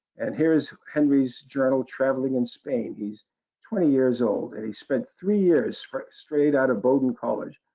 and here's henry's journal traveling in spain. he's twenty years old, and he spent three years straight out of bowdoin college.